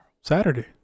Saturday